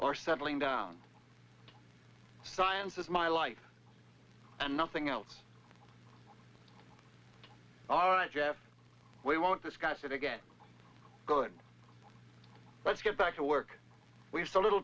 or settling down science with my life and nothing else all right jeff we won't discuss it again good let's get back to work we've so little